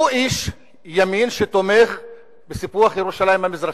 הוא איש ימין שתומך בסיפוח ירושלים המזרחית,